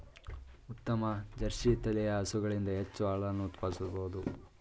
ಉತ್ತಮ ಜರ್ಸಿ ತಳಿಯ ಹಸುಗಳಿಂದ ಹೆಚ್ಚು ಹಾಲನ್ನು ಉತ್ಪಾದಿಸಬೋದು